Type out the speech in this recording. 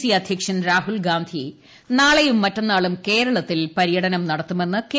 C അധ്യക്ഷൻ രാഹുൽ ഗാന്ധി നാളെയും മറ്റന്നാളും കേരളത്തിൽ പര്യടനം നടത്തുമെന്ന് കെ